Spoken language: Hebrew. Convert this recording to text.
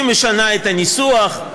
היא משנה את הניסוח,